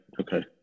okay